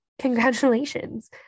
congratulations